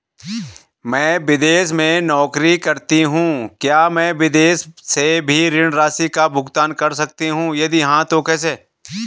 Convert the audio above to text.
मैं विदेश में नौकरी करतीं हूँ क्या मैं विदेश से भी ऋण राशि का भुगतान कर सकती हूँ यदि हाँ तो कैसे?